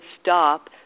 stop